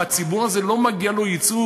מה, הציבור הזה לא מגיע לו ייצוג?